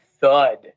thud